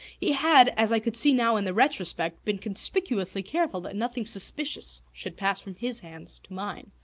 he had, as i could see now in the retrospect, been conspicuously careful that nothing suspicious should pass from his hands to mine.